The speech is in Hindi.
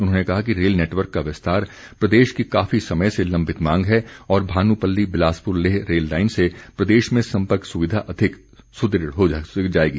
उन्होंने कहा कि रेल नेटवर्क का विस्तार प्रदेश की काफी समय से लंबित मांग है और भानुपल्ली बिलासपुर लेह रेल लाइन से प्रदेश में सम्पर्क सुविधा अधिक सुदृढ़ हो सकेगी